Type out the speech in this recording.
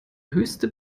höchste